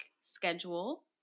schedule